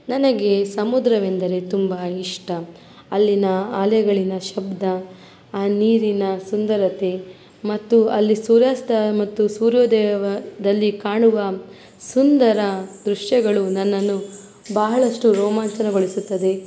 ನನಗೆ ಸಮುದ್ರವೆಂದರೆ ತುಂಬ ಇಷ್ಟ ಅಲ್ಲಿನ ಅಲೆಗಳ ಶಬ್ದ ನೀರಿನ ಸುಂದರತೆ ಮತ್ತು ಅಲ್ಲಿ ಸೂರ್ಯಾಸ್ತ ಮತ್ತು ಸೂರ್ಯೋದಯದಲ್ಲಿ ಕಾಣುವ ಸುಂದರ ದೃಶ್ಯಗಳು ನನ್ನನ್ನು ಬಹಳಷ್ಟು ರೋಮಾಂಚನಗೊಳಿಸುತ್ತದೆ